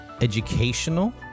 educational